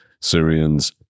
Syrians